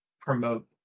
promote